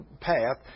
path